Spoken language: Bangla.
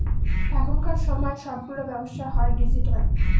এখনকার সময় সবগুলো ব্যবসা হয় ডিজিটাল